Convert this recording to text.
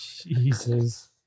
Jesus